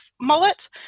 mullet